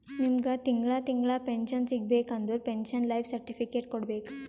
ನಿಮ್ಮಗ್ ತಿಂಗಳಾ ತಿಂಗಳಾ ಪೆನ್ಶನ್ ಸಿಗಬೇಕ ಅಂದುರ್ ಪೆನ್ಶನ್ ಲೈಫ್ ಸರ್ಟಿಫಿಕೇಟ್ ಕೊಡ್ಬೇಕ್